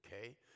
Okay